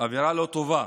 אווירה לא טובה